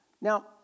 Now